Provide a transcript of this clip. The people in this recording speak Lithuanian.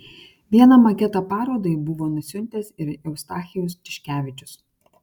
vieną maketą parodai buvo nusiuntęs ir eustachijus tiškevičius